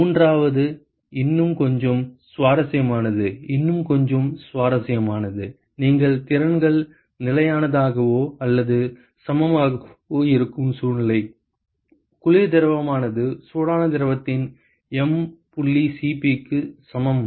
மூன்றாவது இன்னும் கொஞ்சம் சுவாரஸ்யமானது இன்னும் கொஞ்சம் சுவாரஸ்யமானது நீங்கள் திறன்கள் நிலையானதாகவோ அல்லது சமமாகவோ இருக்கும் சூழ்நிலை குளிர் திரவமானது சூடான திரவத்தின் m புள்ளி C p க்கு சமம்